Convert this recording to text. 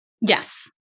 Yes